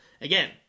again